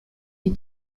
die